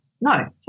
No